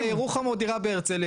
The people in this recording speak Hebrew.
דירה בירוחם או דירה בהרצליה?